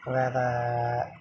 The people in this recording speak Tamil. வேறு